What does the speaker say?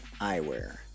eyewear